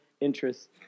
interests